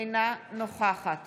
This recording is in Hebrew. אינה נוכחת